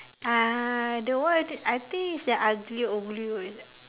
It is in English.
uh that one I think it is the aglio-olio is it